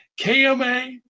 KMA